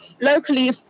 locally